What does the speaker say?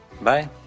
Bye